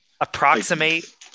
approximate